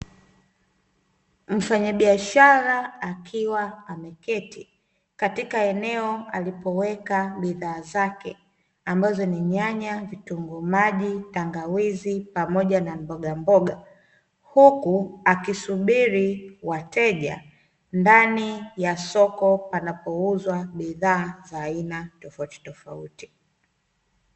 Mfanyabiashara akiwa ameketi, katika eneo alipoweka bidhaa zake, ambazo ni: nyanya, vitunguu maji, tangawizi, pamoja na mbogamboga. Huku akisubiri wateja, ndani ya soko panapouzwa bidha za aina tofautitofauti.